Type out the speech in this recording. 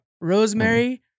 Rosemary